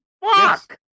fuck